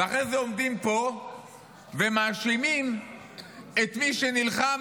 ואחרי זה עומדים פה ומאשימים את מי שנלחם